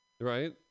Right